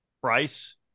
price